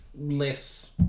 less